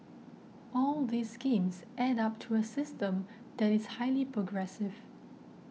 all these schemes add up to a system that is highly progressive